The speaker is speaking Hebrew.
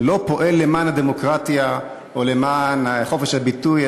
לא פועל למען הדמוקרטיה או למען חופש הביטוי,